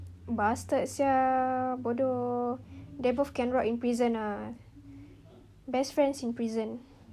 bastard [sial] bodoh they both can rot in prison lah best friends in prison